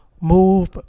move